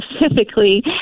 specifically